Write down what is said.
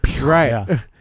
Right